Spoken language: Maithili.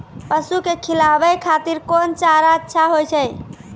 पसु के खिलाबै खातिर कोन चारा अच्छा होय छै?